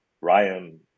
Ryan